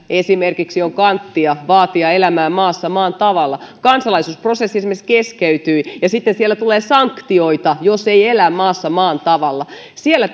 esimerkiksi sveitsissä on kanttia vaatia elämään maassa maan tavalla siellä kansalaisuusprosessi esimerkiksi keskeytyy ja sitten tulee sanktioita jos ei elä maassa maan tavalla siellä